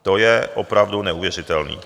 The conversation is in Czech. To je opravdu neuvěřitelné,